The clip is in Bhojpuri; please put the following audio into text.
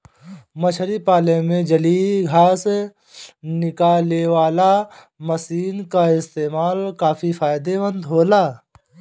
मछरी पाले में जलीय घास निकालेवाला मशीन क इस्तेमाल काफी फायदेमंद होला